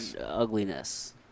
ugliness